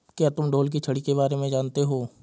क्या तुम ढोल की छड़ी के बारे में जानते हो?